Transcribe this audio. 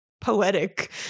poetic